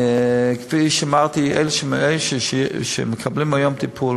כפי שאמרתי, אלה שמקבלים היום טיפול